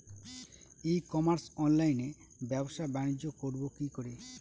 ই commerce অনলাইনে ব্যবসা বানিজ্য করব কি করে?